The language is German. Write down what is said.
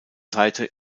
seite